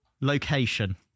Location